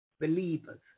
believers